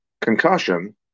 concussion